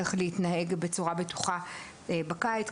איך להתנהג בצורה בטוחה בקיץ.